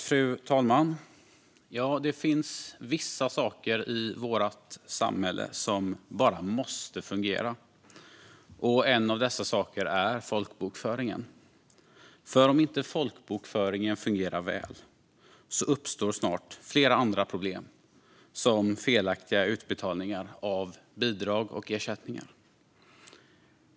Fru talman! Det finns vissa saker i vårt samhälle som bara måste fungera. En av dessa saker är folkbokföringen. Om inte folkbokföringen fungerar väl uppstår snart flera andra problem, som felaktiga utbetalningar av bidrag och ersättningar.